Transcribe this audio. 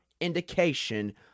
indication